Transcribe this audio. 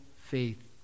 faith